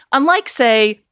unlike, say,